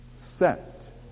set